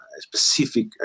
specific